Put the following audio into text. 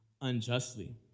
unjustly